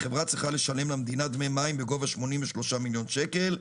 החברה צריכה לשלם למדינה דמי מים בגובה 83 מיליון שקל,